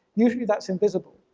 usually that's invisible.